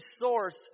source